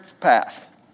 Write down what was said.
path